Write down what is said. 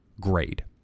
grade